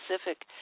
specific